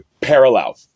parallel